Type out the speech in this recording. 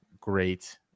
great